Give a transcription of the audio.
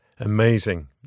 Amazing